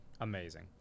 amazing